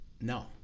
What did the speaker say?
no